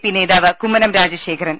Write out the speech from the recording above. P നേതാവ് കുമ്മനം രാജശേ ഖരൻ